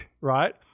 right